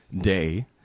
day